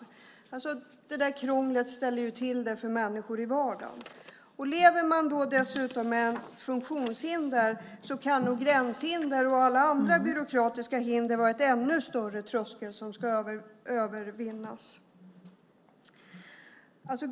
Krånglet ställer till det för människor i vardagen. Om man dessutom lever med ett funktionshinder kan nog gränshinder och alla andra byråkratiska hinder vara en ännu större tröskel som man ska komma över.